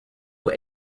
were